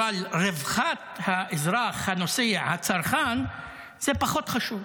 אבל רווחת האזרח, הנוסע, הצרכן, זה פחות חשוב.